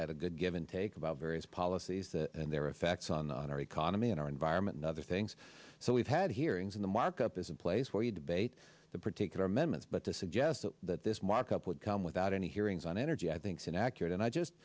had a good give and take about various policies and their effects on our economy and our environment and other things so we've had hearings in the markup is a place where you debate the particular amendments but to suggest that this markup would come without any hearings on energy i think it's inaccurate and i just